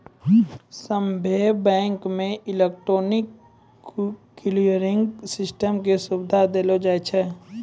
सभ्भे बैंको मे इलेक्ट्रॉनिक क्लियरिंग सिस्टम के सुविधा देलो जाय छै